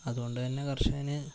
അതുകൊണ്ട് തന്നെ കര്ഷകന്